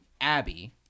Abby